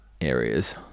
areas